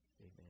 Amen